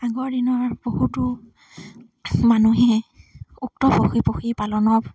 আগৰ দিনৰ বহুতো মানুহে উক্ত পশু পক্ষী পালনৰ